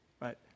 right